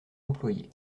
employés